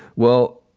well,